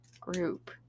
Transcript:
group